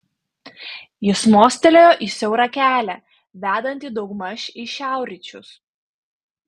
jis mostelėjo į siaurą kelią vedantį daugmaž į šiaurryčius